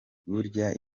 burya